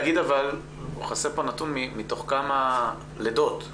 חסר פה נתון מתוך כמה לידות.